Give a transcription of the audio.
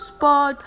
Spot